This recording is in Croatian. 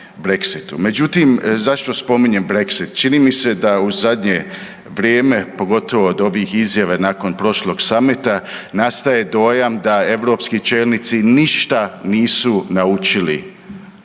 Međutim zašto spominjem Brexit? Čini mi se da u zadnje vrijeme, pogotovo od ovih izjava nakon prošlog Summita nastaje dojam da europski čelnici ništa nisu naučili